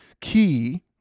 key